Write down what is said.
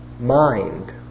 mind